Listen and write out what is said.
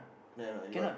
no I know you got